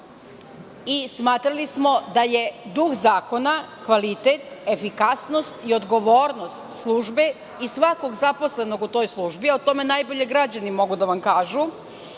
zakona. Smatrali smo da je duh zakona kvalitet, efikasnost i odgovornost službe i svakog zaposlenog u toj službi. O tome najbolje građani mogu da vam